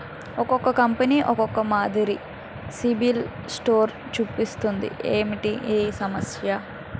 ఒక్కో కంపెనీ ఒక్కో మాదిరి సిబిల్ స్కోర్ చూపిస్తుంది ఏంటి ఈ సమస్య?